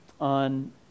on